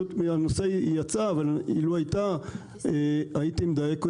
היא יצאה אבל לו היא הייתה, הייתי מדייק.